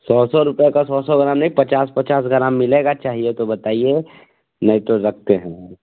सौ सौ रुपए का सौ सौ ग्राम नहीं पचास पचास ग्राम मिलेगा चाहिए तो बताइए नहीं तो रखते हैं